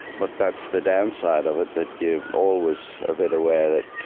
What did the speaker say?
but that's the downside of it, that you're always a bit aware that